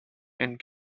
and